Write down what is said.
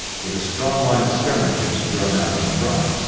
with a strong line of skirmishers thrown out in front.